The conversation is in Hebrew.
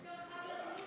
בפתח הדברים,